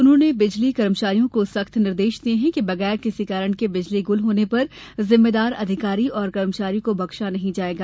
उन्होंने बिजली कर्मचारियों को सख्त निर्देश दिये हैं कि बगैर किसी कारण के बिजली गुल होने पर जिम्मेदार अधिकारी और कर्मचारी को बक्सा नहीं जाएगा